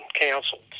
canceled